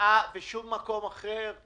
ושום מקום אחר,